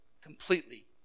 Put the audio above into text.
completely